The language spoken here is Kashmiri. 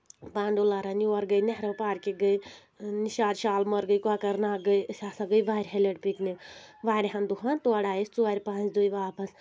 بانڈوٗلارَن یور گٔے نہروٗ پارکہِ گٔے نِشات شالمور گٔے کۄکر ناگ گٔے أسۍ ہسا گٔے واریاہ لَٹہِ پِکنِک واریاہن دۄہَن تورٕ آیہِ أسۍ ژورِ پانٛژھِ دُہۍ واپس